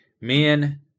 Men